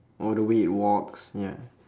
or the way it walks ya